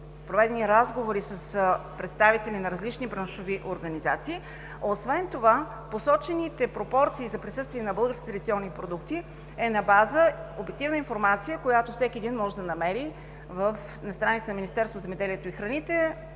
проведени разговори с представители на различни браншови организации, посочените пропорции за присъствие на българските традиционни продукти е на база обективна информация, която всеки може да намери на страницата на Министерството на земеделието и храните.